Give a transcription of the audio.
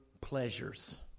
pleasures